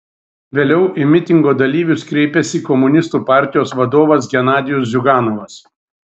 vėliau į mitingo dalyvius kreipėsi komunistų partijos vadovas genadijus ziuganovas